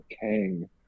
Kang